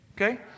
Okay